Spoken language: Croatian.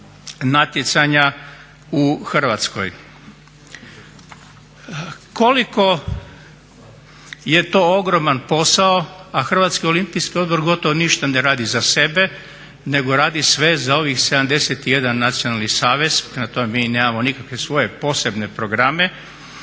natjecanja u Hrvatskoj. Koliko je to ogroman posao, a HOO gotovo ništa ne radi za sebe nego radi sve za ovih 71 nacionalni savez, prema tome mi nemamo nikakve svoje posebne programe,